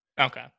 Okay